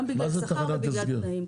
גם בגלל שכר וגם בגלל תנאים.